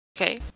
Okay